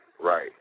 right